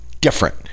different